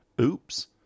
Oops